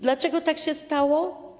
Dlaczego tak się stało?